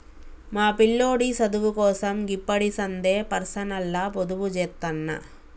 మా పిల్లోడి సదువుకోసం గిప్పడిసందే పర్సనల్గ పొదుపుజేత్తన్న